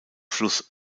fluss